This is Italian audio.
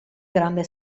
grande